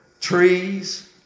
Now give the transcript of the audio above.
trees